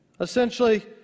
essentially